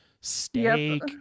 steak